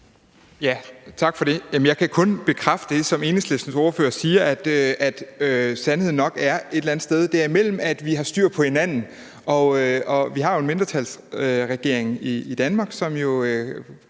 Tak for det. Jeg kan kun bekræfte det, som Enhedslistens ordfører siger, nemlig at sandheden nok er et eller andet sted derimellem – at vi har styr på hinanden. Vi har jo en mindretalsregering i Danmark, som jo